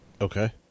Okay